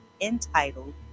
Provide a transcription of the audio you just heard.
entitled